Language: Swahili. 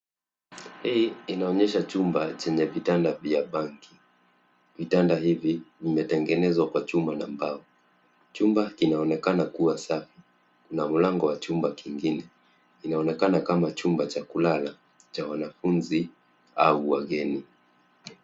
Hii inaonuesha chumba chenye vitanda vya bangi . Vitanda hivi vimetengeznezwa kwa chuma na mbao. Chumba kinaonekana kuwa safi na mlango wa chumba kingine inaonekana kama chumba cha kulala cha wanafunzi au wageni.